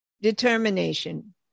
determination